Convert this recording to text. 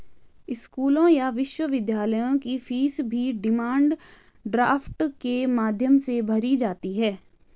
स्कूलों या विश्वविद्यालयों की फीस भी डिमांड ड्राफ्ट के माध्यम से भरी जाती है